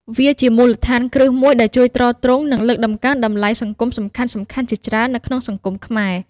វាជាមូលដ្ឋានគ្រឹះមួយដែលជួយទ្រទ្រង់ និងលើកតម្កើងតម្លៃសង្គមសំខាន់ៗជាច្រើននៅក្នុងសង្គមខ្មែរ។